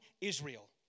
Israel